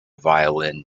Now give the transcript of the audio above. violin